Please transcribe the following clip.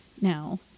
now